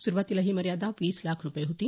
सुरूवातीला ही मर्यादा वीस लाख रुपये होती